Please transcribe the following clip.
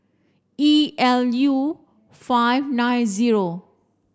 E L U five nine zero